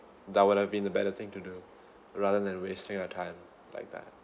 that would have been the better thing to do rather than wasting our time like that